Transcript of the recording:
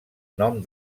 nom